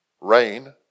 rain